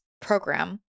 program